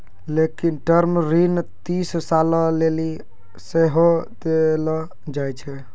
लेनिक टर्म ऋण तीस सालो लेली सेहो देलो जाय छै